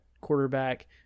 quarterback